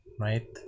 right